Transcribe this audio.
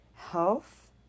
health